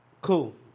Cool